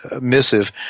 missive